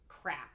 Crap